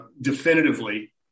definitively